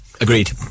agreed